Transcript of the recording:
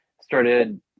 started